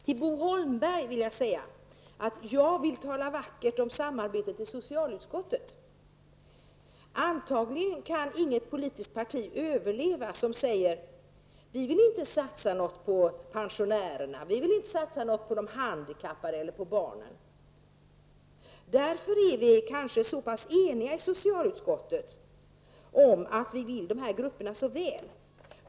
Till Bo Holmberg vill jag säga att jag vill tala vackert om samarbetet i socialutskottet. Antagligen kan inte något politiskt parti överleva som säger: Vi vill inte satsa något på pensionärerna, de handikappade eller barnen. Det är kanske därför vi är så pass eniga i socialutskottet om att vi vill dessa grupper så väl.